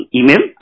email